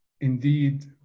Indeed